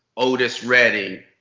otis redding.